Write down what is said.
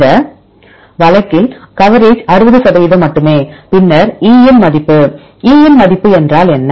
இந்த வழக்கில் கவரேஜ் 60 சதவீதம் மட்டுமே பின்னர் E ன் மதிப்பு E ன் மதிப்பு என்றால் என்ன